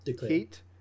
heat